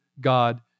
God